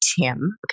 Tim